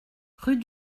rue